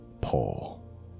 Paul